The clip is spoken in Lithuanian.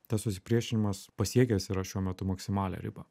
tas susipriešinimas pasiekęs yra šiuo metu maksimalią ribą